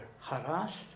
harassed